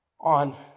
on